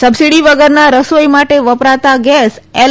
subsidy વગરના રસોઇ માટે વપરાતા ગેસ એલ